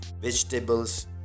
vegetables